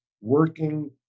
working